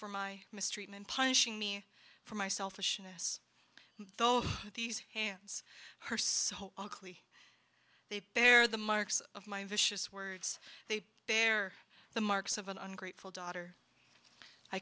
for my mistreatment punishing me for my selfishness though these hands her so ugly they bear the marks of my vicious words they bear the marks of an ungrateful daughter i